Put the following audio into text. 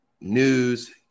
news